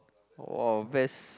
!woah! best